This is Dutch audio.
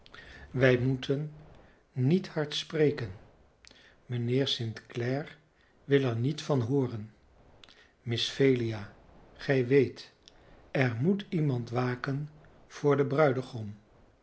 wij moeten niet hard spreken mijnheer st clare wil er niet van hooren miss phelia gij weet er moet iemand waken voor den bruidegom